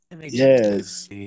Yes